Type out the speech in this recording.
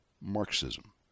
Marxism